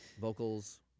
Vocals